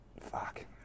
Fuck